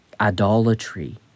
idolatry